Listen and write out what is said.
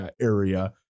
area